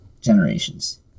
generations